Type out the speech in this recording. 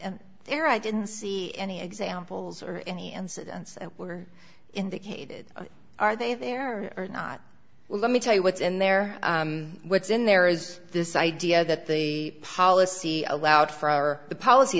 and there i didn't see any examples or any incidents that were in the case are they there are are not well let me tell you what's in there what's in there is this idea that the policy allowed for the policy